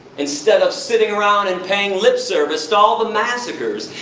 instead of sitting around and paying lip service to all the massacres,